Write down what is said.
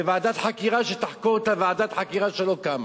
ועדת חקירה שתחקור את ועדת החקירה שלא קמה.